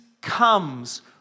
comes